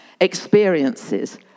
experiences